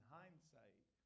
hindsight